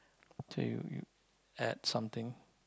to add something